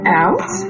out